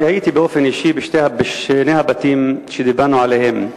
אני הייתי באופן אישי בשני הבתים שדיברנו עליהם.